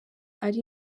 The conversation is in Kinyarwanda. ari